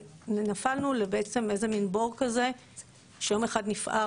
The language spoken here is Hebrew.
ונפלנו בעצם לאיזה מין בור כזה שיום אחד נפער